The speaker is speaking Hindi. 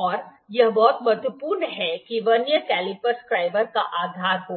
और यह बहुत महत्वपूर्ण है कि वर्नियर कैलीपर स्क्राइबर का आधार हो